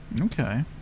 Okay